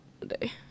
today